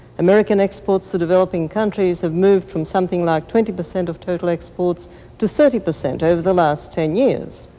american exports to developing countries have moved from something like twenty percent of total exports to thirty percent over the last ten years.